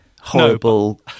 horrible